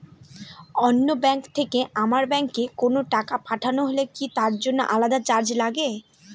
অন্য ব্যাংক থেকে আমার ব্যাংকে কোনো টাকা পাঠানো হলে কি তার জন্য আলাদা চার্জ লাগে?